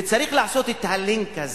וצריך לעשות את הלינק הזה,